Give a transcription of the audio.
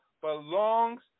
belongs